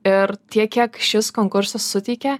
ir tiek kiek šis konkursas suteikia